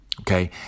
Okay